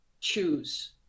choose